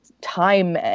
time